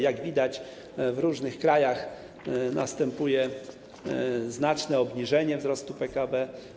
Jak widać, w różnych krajach następuje znaczne obniżenie wzrostu PKB.